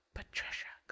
Patricia